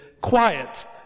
Quiet